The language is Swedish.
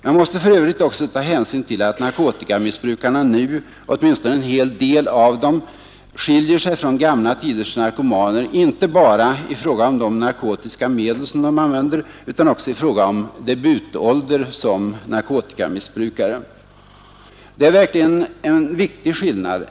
Man måste för övrigt också ta hänsyn till att narkotikamissbrukarna nu, åtminstone en hel del av dem, skiljer sig från gamla tiders narkomaner inte bara i fråga om de narkotiska medel som de använder utan också i fråga om debutålder som narkotikamissbrukare. Det är verkligen en viktig skillnad.